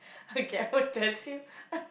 okay I will you